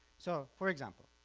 so for example